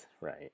right